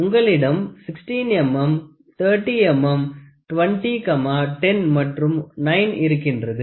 உங்களிடம் 16 mm 30 mm 20 10 மற்றும் 9 இருக்கின்றது